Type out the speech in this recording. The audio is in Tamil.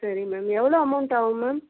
சரி மேம் எவ்வளோ அமோண்டு ஆகும் மேம்